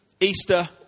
Easter